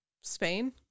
Spain